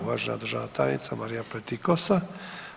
Uvažena državna tajnica Marija Pletikosa.